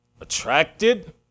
attracted